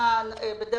ואם עבר